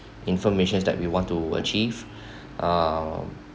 information that we want to achieve uh